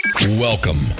Welcome